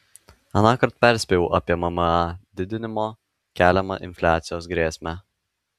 anąkart perspėjau apie mma didinimo keliamą infliacijos grėsmę